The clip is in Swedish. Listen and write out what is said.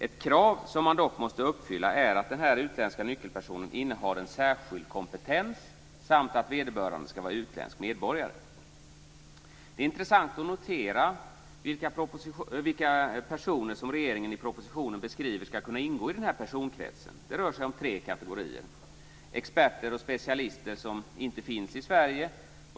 Ett krav som dock måste vara uppfyllt är att den utländska nyckelpersonen innehar en särskild kompetens samt att vederbörande ska vara utländsk medborgare. Det är intressant att notera vilka personer som regeringen i propositionen beskriver ska kunna ingå i den här personkretsen. Det rör sig om tre kategorier. · Experter och specialister som inte finns i Sverige.